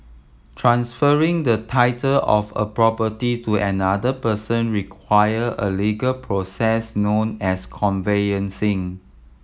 transferring the title of a property to another person require a legal process known as conveyancing